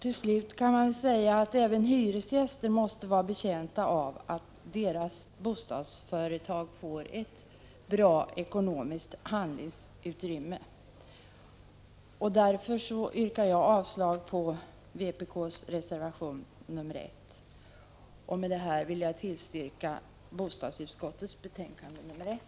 Till slut kan man väl säga att även hyresgäster måste vara betjänta av att deras bostadsföretag får ett bra ekonomiskt handlingsutrymme. Därför yrkar jag avslag på vpk:s reservation nr 1. Med detta vill jag yrka bifall till bostadsutskottets hemställan i dess betänkande nr 1.